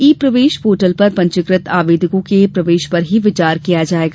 ई प्रवेश पोर्टल पर पंजीकृत आवेदकों के प्रवेश पर ही विचार किया जायेगा